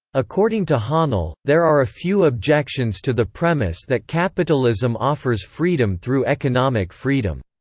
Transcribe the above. according to hahnel, there are a few objections to the premise that capitalism offers freedom through economic freedom.